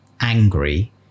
angry